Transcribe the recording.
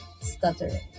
stuttering